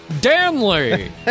Danley